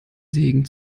segen